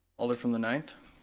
alder from the ninth?